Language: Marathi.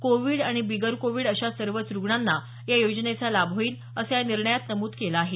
कोविड आणि बिगर कोविड असा सर्वच रुग्णांना या योजनेचा लाभ होईल असं या निर्णयात नमूद केलं आहे